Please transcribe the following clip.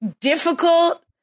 difficult